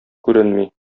күренми